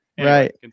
right